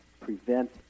prevent